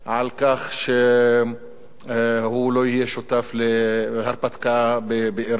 על כך שהוא לא יהיה שותף להרפתקה באירן.